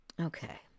Okay